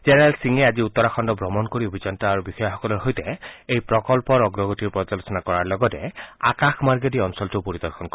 general সিঙে আজি উত্তৰাখণ্ড ভ্ৰমণ কৰি অভিযন্তা আৰু বিষয়াসকলৰ সৈতে এই প্ৰকল্পৰ অগ্ৰগতিৰ পৰ্যালোচনা কৰাৰ লগতে আকাশমাগেদি অঞ্চলটোৰ পৰিদৰ্শন কৰিব